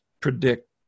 predict